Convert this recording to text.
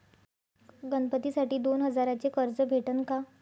गणपतीसाठी दोन हजाराचे कर्ज भेटन का?